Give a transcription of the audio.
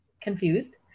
confused